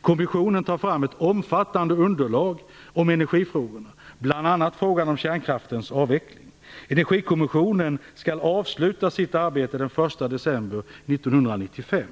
Kommissionen tar fram ett omfattande underlag om energifrågorna, bl.a. frågan om kärnkraftens avveckling. Energikommissionen skall avsluta sitt arbete den 1 december 1995.